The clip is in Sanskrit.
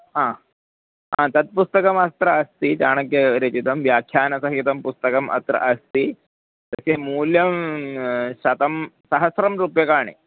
हा हा तत् पुस्तकम् अत्र अस्ति चाणक्यरचितं व्याख्यानसहितं पुस्तकम् अत्र अस्ति तस्य मूल्यं शतं सहस्रं रूप्यकाणि